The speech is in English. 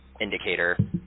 indicator